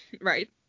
right